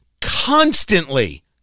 Constantly